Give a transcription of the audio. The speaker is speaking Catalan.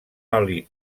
oli